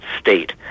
state